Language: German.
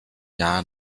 jahr